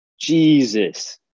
Jesus